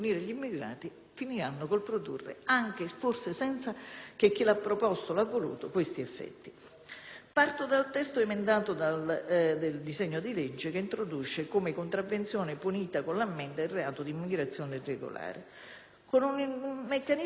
Parto dal testo emendato del disegno di legge, che introduce come contravvenzione punita con l'ammenda il reato di immigrazione irregolare, con un meccanismo che ignora le vittime di tratta e comunque i titolari dì un permesso di soggiorno per motivi di protezione sociale.